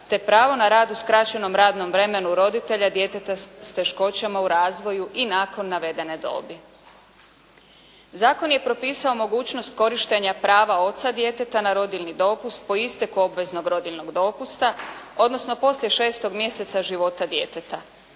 te pravo na rad u skraćenom radnom vremenu roditelja djeteta s teškoćama u razvoju i nakon navedene dobi. Zakon je propisao mogućnost korištenja prava oca djeteta na rodiljni dopust po isteku obveznog rodiljnog dopusta, odnosno poslije šestog mjeseca života djeteta.